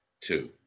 two